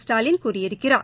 ஸ்டாலின் கூறியிருக்கிறார்